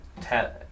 tell